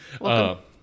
Welcome